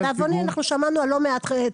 לדאבוני אנחנו שמענו על הרבה,